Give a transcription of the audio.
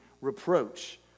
reproach